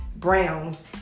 Browns